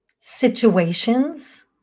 situations